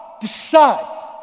decide